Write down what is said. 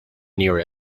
near